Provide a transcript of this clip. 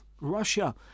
Russia